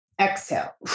exhale